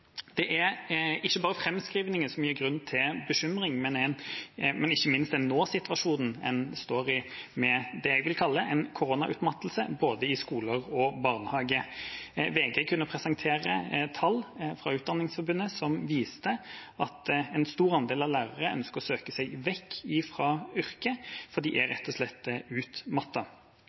Det er ikke bare framskrivinger som gir grunn til bekymring, det gjør ikke minst den nåsituasjonen en står i, med det jeg vil kalle en koronautmattelse, både i skoler og i barnehager. VG kunne presentere tall fra Utdanningsforbundet som viste at en stor andel lærere ønsker å søke seg vekk fra yrket fordi de er rett og slett